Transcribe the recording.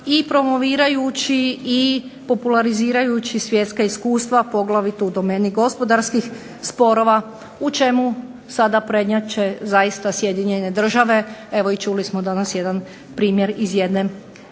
i promovirajući i popularizirajući svjetska iskustva poglavito u domeni gospodarskih sporova u čemu za sada prednjače zaista Sjedinjene države, čuli smo danas jedan primjer iz jedne